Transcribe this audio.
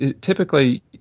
Typically